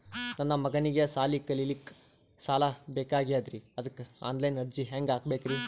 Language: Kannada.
ನನ್ನ ಮಗನಿಗಿ ಸಾಲಿ ಕಲಿಲಕ್ಕ ಸಾಲ ಬೇಕಾಗ್ಯದ್ರಿ ಅದಕ್ಕ ಆನ್ ಲೈನ್ ಅರ್ಜಿ ಹೆಂಗ ಹಾಕಬೇಕ್ರಿ?